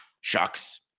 Shucks